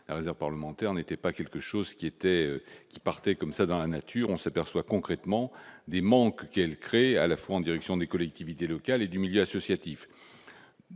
la réserve parlementaire n'était pas quelque chose qui était qui partaient comme ça dans la nature, on s'aperçoit concrètement des manques, elle, à la fois en direction des collectivités locales et du Milia ceci hâtif